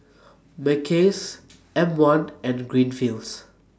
Mackays M one and Greenfields